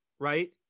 right